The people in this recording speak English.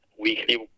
weekly